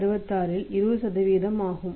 66 இல் 20 ஆகும்